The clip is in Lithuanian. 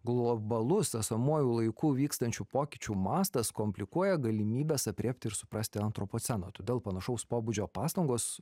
globalus esamuoju laiku vykstančių pokyčių mastas komplikuoja galimybes aprėpti ir suprasti antropoceną todėl panašaus pobūdžio pastangos